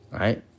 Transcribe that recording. right